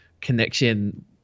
connection